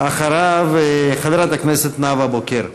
אחריו, חברת הכנסת נאוה בוקר.